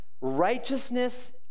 righteousness